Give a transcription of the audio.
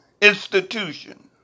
institution